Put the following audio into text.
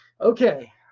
Okay